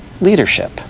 leadership